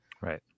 Right